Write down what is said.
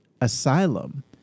Asylum